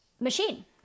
machine